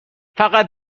فقط